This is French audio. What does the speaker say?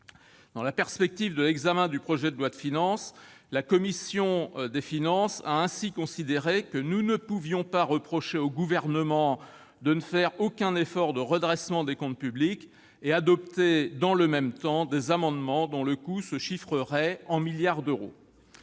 Dans la perspective de l'examen du projet de loi de finances, la commission a considéré que nous ne pouvions pas reprocher au Gouvernement de ne faire aucun effort de redressement des comptes publics en adoptant, dans le même temps, des amendements dont le coût se chiffrerait en milliards d'euros.